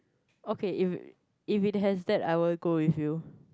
okay if if it has that I will go with you